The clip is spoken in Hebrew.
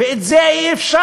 ואת זה אי-אפשר.